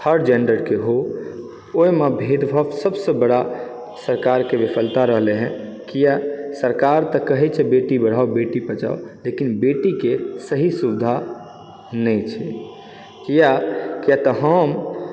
third जेन्डरके हो ओहिमे भेदभाव सबसँ बड़ा सरकारकेँ विफलता रहलै हँ कियाक सरकार तऽ कहै छै बेटी पढ़ाओ बेटी बचाओ लेकिन बेटीके सही सुविधा नहि छै कियाक कियाकतऽ हम अभी